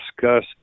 discuss